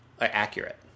accurate